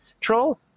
troll